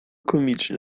komiczne